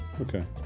Okay